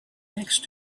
next